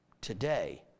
today